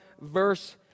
verse